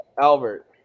Albert